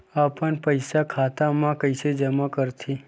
अपन पईसा खाता मा कइसे जमा कर थे?